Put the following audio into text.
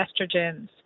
estrogens